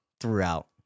throughout